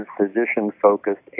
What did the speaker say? physician-focused